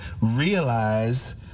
realize